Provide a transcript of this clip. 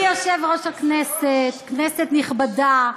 אדוני יושב-ראש הכנסת, כנסת נכבדה,